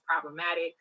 problematic